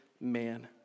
man